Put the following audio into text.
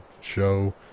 show